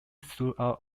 throughout